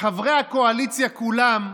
וחברי הקואליציה כולם,